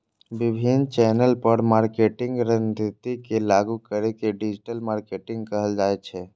विभिन्न चैनल पर मार्केटिंग रणनीति के लागू करै के डिजिटल मार्केटिंग कहल जाइ छै